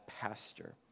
pastor